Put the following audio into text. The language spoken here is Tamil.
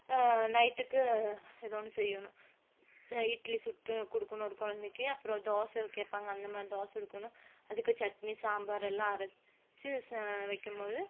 நைட்டுக்கு எதோ ஒன்று செய்யணும் இட்லி சுட்டு கொடுக்குணும் ஒரு குழந்தைக்கு அப்றம் தோசை கேட்பாங்க அந்தமாதிரி தோசை கொடுக்குணும் அதுக்கு சட்னி சாம்பாரெல்லாம் அரைச்சு ச வைக்கும்போது